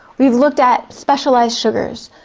we've looked at specialised sugars,